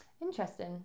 Interesting